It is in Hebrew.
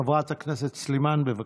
חברת הכנסת סלימאן, בבקשה.